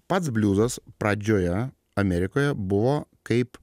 pats bliuzas pradžioje amerikoje buvo kaip